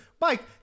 Mike